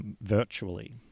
Virtually